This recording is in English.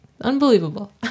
Unbelievable